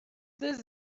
this